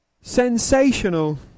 Sensational